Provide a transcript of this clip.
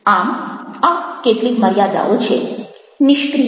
આમ આ કેટલીક મર્યાદાઓ છે નિષ્ક્રિયતા